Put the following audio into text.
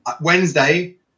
Wednesday